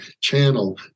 channel